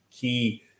key